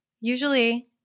usually